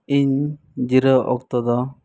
ᱤᱧ ᱡᱤᱨᱟᱹᱣ ᱚᱠᱛᱚ ᱫᱚ